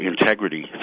integrity